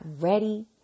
ready